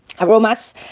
aromas